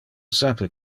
sape